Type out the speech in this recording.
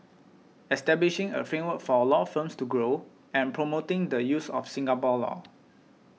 establishing a framework for law firms to grow and promoting the use of Singapore law